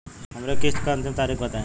हमरे किस्त क अंतिम तारीख बताईं?